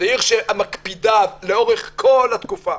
זו עיר שמקפידה לאורך כל התקופה.